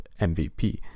MVP